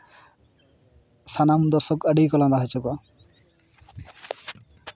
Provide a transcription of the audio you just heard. ᱥᱟᱱᱟᱢ ᱫᱚᱨᱥᱚᱠ ᱟᱹᱰᱤ ᱜᱮᱠᱚ ᱞᱟᱸᱫᱟ ᱦᱚᱪᱚ ᱠᱚᱣᱟ